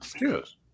Yes